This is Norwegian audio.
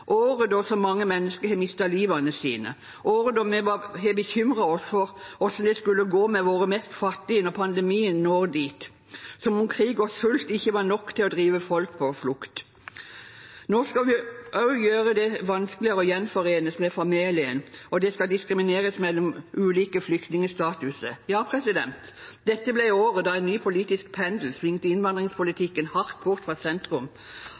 året der så mange mennesker har mistet livet, året der vi har bekymret oss for hvordan det skulle gå med våre mest fattige når pandemien når dit, som om krig og sult ikke var nok til å drive folk på flukt. Nå skal vi også gjøre det vanskeligere å gjenforenes med familien, og det skal diskrimineres mellom ulike flyktningstatuser. Ja, dette ble året da en ny politisk pendel svingte innvandringspolitikken hardt bort fra sentrum